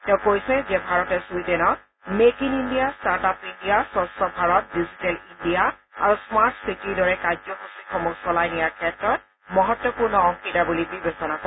তেওঁ কৈছে যে ভাৰতে চুইডেনক make in India start up India স্ক্ছ ভাৰত ডিজিটেল ইণ্ডিয়া আৰু স্মাৰ্ট চিটটৰ দৰে কাৰ্যসূচীসমূহ চলাই নিয়াৰ ক্ষেত্ৰত মহত্বপূৰ্ণ অংশীদাৰ বুলি বিবেচনা কৰে